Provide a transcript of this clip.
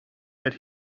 that